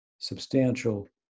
substantial